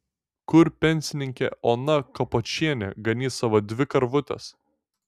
kur pensininkė ona kapočienė ganys savo dvi karvutes